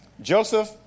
Joseph